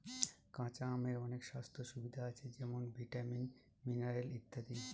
কাঁচা আমের অনেক স্বাস্থ্য সুবিধা আছে যেমন ভিটামিন, মিনারেল ইত্যাদি